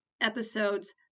episodes